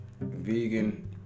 vegan